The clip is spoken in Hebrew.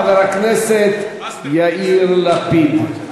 חבר הכנסת יאיר לפיד.